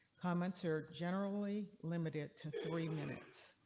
comments are generally limited to three minutes.